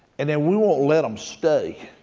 and then we won't let them stay,